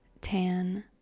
tan